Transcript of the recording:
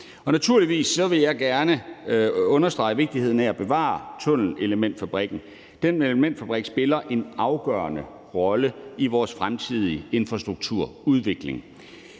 Naturligvis vil jeg gerne understrege vigtigheden af at bevare tunnelelementfabrikken. Den elementfabrik spiller en afgørende rolle i vores fremtidige infrastrukturudvikling.